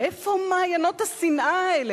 מאיפה מעיינות השנאה האלה?